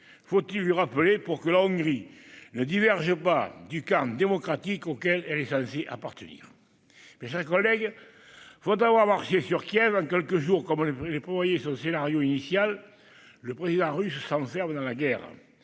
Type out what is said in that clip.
Faut-il le lui rappeler pour que la Hongrie ne s'éloigne pas du camp démocratique auquel elle est censée appartenir ? Mes chers collègues, faute d'avoir marché sur Kiev en quelques jours, comme le prévoyait son scénario initial, le président russe s'enferme dans la guerre.